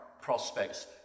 prospects